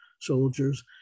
soldiers